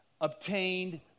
obtained